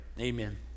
Amen